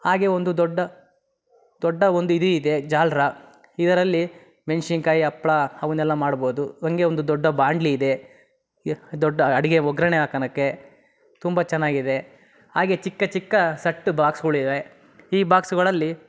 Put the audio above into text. ಹಾಗೇ ಒಂದು ದೊಡ್ಡ ದೊಡ್ಡ ಒಂದು ಇದು ಇದೆ ಜಾಲ್ರಿ ಇದರಲ್ಲಿ ಮೆಣಸಿನಕಾಯಿ ಹಪ್ಳ ಅವನ್ನೆಲ್ಲ ಮಾಡ್ಬೋದು ಹಾಗೆ ಒಂದು ದೊಡ್ಡ ಬಾಂಡ್ಲೆ ಇದೆ ಇದು ದೊಡ್ಡ ಅಡಿಗೆ ಒಗ್ಗರಣೆ ಹಾಕ್ಕಳಕ್ಕೆ ತುಂಬ ಚೆನ್ನಾಗಿದೆ ಹಾಗೇ ಚಿಕ್ಕ ಚಿಕ್ಕ ಸೆಟ್ ಬಾಕ್ಸ್ಗಳಿವೆ ಈ ಬಾಕ್ಸ್ಗಳಲ್ಲಿ